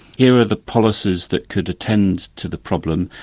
here are the policies that could attend to the problem,